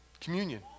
Communion